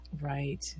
Right